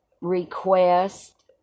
request